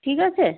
ঠিক আছে